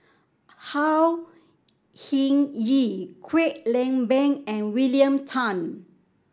Au Hing Yee Kwek Leng Beng and William Tan